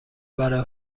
برا